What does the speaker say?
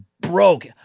broke